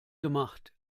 gemacht